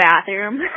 bathroom